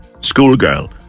schoolgirl